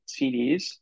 cds